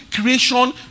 creation